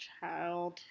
child